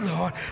Lord